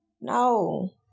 no